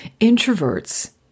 Introverts